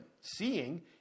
seeing